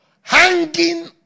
hanging